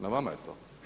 Na vama je to.